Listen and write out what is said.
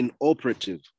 inoperative